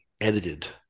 edited